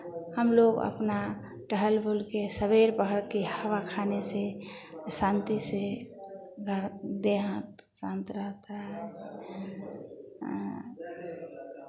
हम लोग अपना टहल बुल के सबेर पहर की हवा खाने से शांति से दर देह शांत रहता है हाँ